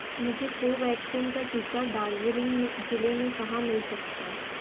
मुझे कोवैक्सीन का टीका डार्जीलिंग ज़िले में कहाँ मिल सकता है